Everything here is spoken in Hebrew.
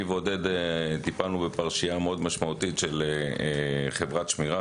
אני ועודד טיפלנו בפרשייה משמעותית מאוד של חברת שמירה,